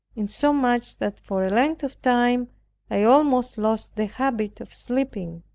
insomuch, that for a length of time i almost lost the habit of sleeping.